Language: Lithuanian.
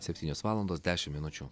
septynios valandos dešim minučių